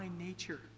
nature